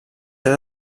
ser